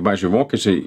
pavyzdžiui vokiečiai